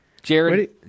Jared